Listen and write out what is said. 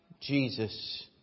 Jesus